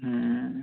ହୁଁ